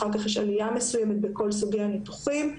ואחר כך יש עלייה מסוימת בכל סוגי הניתוחים.